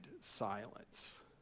silence